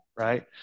right